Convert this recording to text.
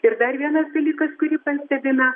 ir dar vienas dalykas kurį pastebime